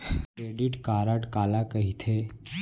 Credit card काला कहिथे?